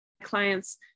clients